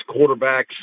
quarterbacks